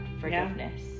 forgiveness